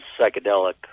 psychedelic